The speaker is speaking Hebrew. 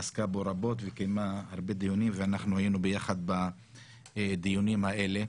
עסקה בו רבות וקיימה הרבה דיונים ואנחנו היינו ביחד בדיונים האלה.